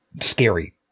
scary